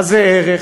מה זה ערך?